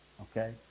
Okay